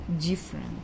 different